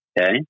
Okay